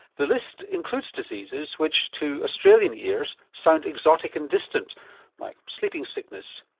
the list includes diseases which to australian ears sound exotic and distant like sleeping sickness,